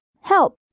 Help